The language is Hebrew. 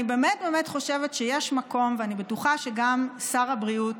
אני חושבת שיש מקום, ואני בטוחה שגם שר הבריאות